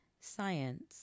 science